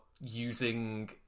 using